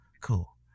Cool